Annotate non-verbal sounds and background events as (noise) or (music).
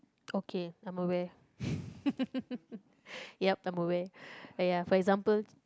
okay I'm aware (laughs) yep I'm aware uh ya for example